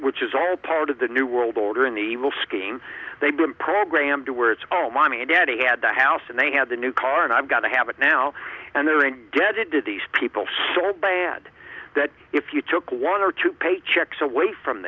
which is all part of the new world order an evil scheme they've been programmed to where it's oh mommy and daddy had the house and they had the new car and i've got to have it now and then and get it to these people so bad that if you took one or two paychecks away from